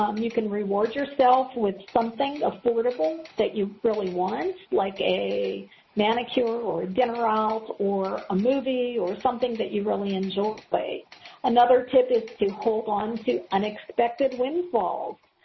um you can reward yourself with something affordable that you really want like a manicure or a dinner out or a movie or something that you really enjoy. another tip is to hold on to unexpected windfalls.